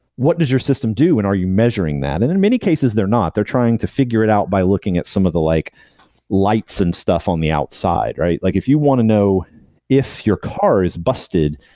what does your system do and are you measuring that? and in many cases they're not. they're trying to figure it out by looking at some of the like lights and stuff on the outside like if you want to know if your car is busted,